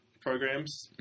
programs